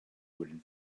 wooden